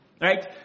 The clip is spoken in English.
Right